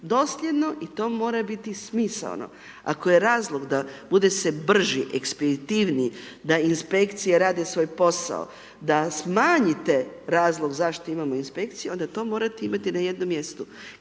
dosljedno i to mora biti smisaono. Ako je razlog da bude se brži, ekspeditivniji, da inspekcije rade svoj posao, da smanjite razlog zašto imate inspekciju, onda to morate imati na jednom mjestu